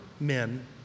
men